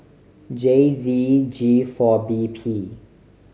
J Z G four B P